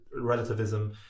relativism